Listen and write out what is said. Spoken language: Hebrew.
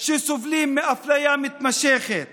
שסובלים מאפליה מתמשכת